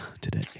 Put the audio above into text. today